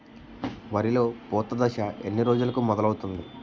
వరిలో పూత దశ ఎన్ని రోజులకు మొదలవుతుంది?